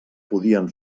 podien